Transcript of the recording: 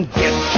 get